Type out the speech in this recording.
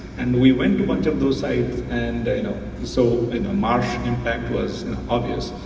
and we went to went to those sites and you know the so and marsh impact was obvious.